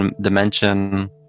dimension